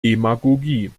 demagogie